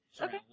Okay